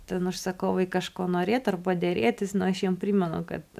ten užsakovai kažko norėt arba derėtis na aš jiem primenu kad